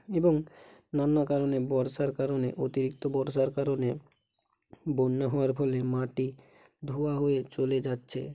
এবং নানা কারণে বর্ষার কারণে অতিরিক্ত বর্ষার কারণে বন্যা হওয়ার ফলে মাটি ধোয়া হয়ে চলে যাচ্ছে